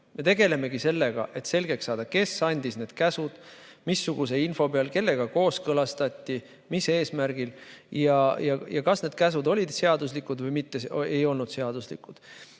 ja sellega, et selgeks saada, kes andis need käsud, missuguse info põhjal, kellega kooskõlastati, mis eesmärgil ja kas need käsud olid seaduslikud või ei olnud seaduslikud.